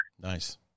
Nice